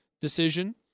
decision